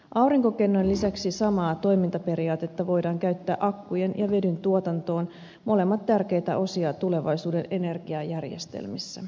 aurinkokennojen lisäksi samaa toimintaperiaatetta voidaan käyttää akkujen ja vedyn tuotantoon molemmat tärkeitä osia tulevaisuuden energiajärjestelmissä